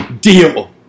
Deal